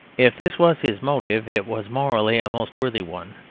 if this was his motive, it was morally a most worthy one.